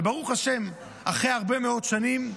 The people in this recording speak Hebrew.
וברוך השם, אחרי הרבה מאוד שנים,